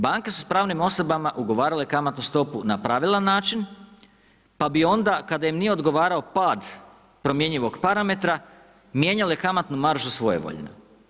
Banke su s pravnim osobama ugovarale kamatnu stopu na pravedan način, pa bi onda, kad im nije odgovarao pad promjenjivog parametra, mijenjale kamatnu maržu svojevoljno.